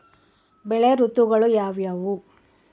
ಬೆಳೆ ಋತುಗಳು ಯಾವ್ಯಾವು?